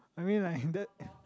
I mean like that